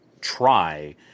try